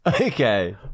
Okay